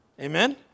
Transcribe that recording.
Amen